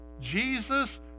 Jesus